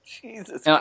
Jesus